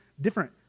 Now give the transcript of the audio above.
different